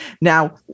Now